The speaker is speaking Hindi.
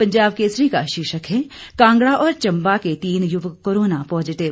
पंजाब केसरी का शीर्षक है कांगड़ा और चम्बा के तीन युवक कोरोना पॉजिटिव